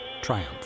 triumph